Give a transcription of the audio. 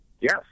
Yes